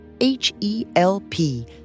H-E-L-P